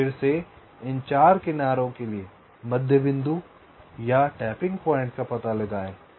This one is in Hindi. तो फिर से इन 4 किनारों के लिए मध्य बिंदु या टैपिंग पॉइंट का पता लगाएं